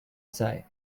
say